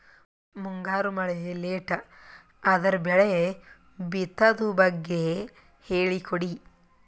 ಮುಂಗಾರು ಮಳೆ ಲೇಟ್ ಅದರ ಬೆಳೆ ಬಿತದು ಬಗ್ಗೆ ಹೇಳಿ ಕೊಡಿ?